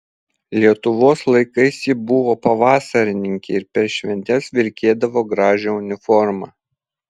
lietuvos laikais ji buvo pavasarininkė ir per šventes vilkėdavo gražią uniformą